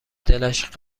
دلش